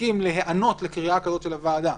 יסכים להיענות לקריאה כזאת של הוועדה.